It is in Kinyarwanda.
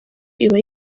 iba